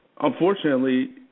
unfortunately